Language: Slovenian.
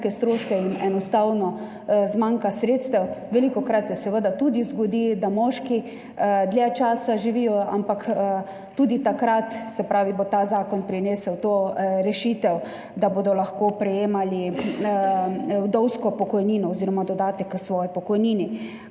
zmanjka sredstev. Velikokrat se seveda tudi zgodi, da moški živijo dlje časa, ampak tudi takrat bo ta zakon prinesel to rešitev, da bodo lahko prejemali vdovsko pokojnino oziroma dodatek k svoji pokojnini,